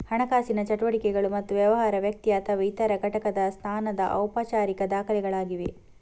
ಹಣಕಾಸಿನ ಚಟುವಟಿಕೆಗಳು ಮತ್ತು ವ್ಯವಹಾರ, ವ್ಯಕ್ತಿ ಅಥವಾ ಇತರ ಘಟಕದ ಸ್ಥಾನದ ಔಪಚಾರಿಕ ದಾಖಲೆಗಳಾಗಿವೆ